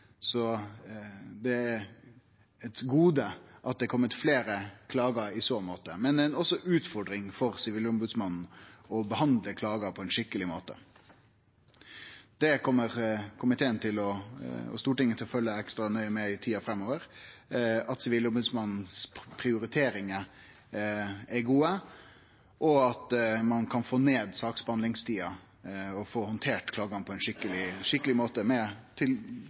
Det er i så måte eit gode at det har kome fleire klagar, men det er også ei utfordring for Sivilombodsmannen å behandle klagar på ein skikkeleg måte. Komiteen og Stortinget kjem i tida framover til å følgje ekstra nøye med på at Sivilombodsmannens prioriteringar er gode, og at ein kan få ned saksbehandlingstida og få handtert klagane på ein skikkeleg måte, med tilstrekkelege ressursar til